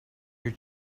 your